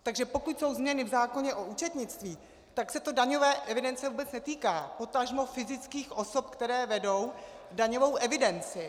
Takže pokud jsou změny v zákoně o účetnictví, tak se to daňové evidence vůbec netýká, potažmo fyzických osob, které vedou daňovou evidenci.